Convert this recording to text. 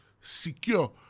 secure